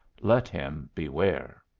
let him beware!